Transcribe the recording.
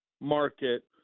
market